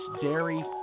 dairy